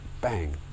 bang